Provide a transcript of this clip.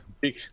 Big